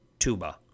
tuba